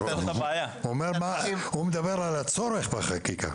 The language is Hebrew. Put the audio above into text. הוא מדבר על הצורך בחקיקה.